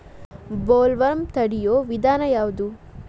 Bollworm ತಡಿಯು ವಿಧಾನ ಯಾವ್ದು?